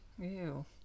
Ew